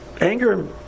anger